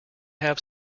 have